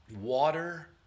water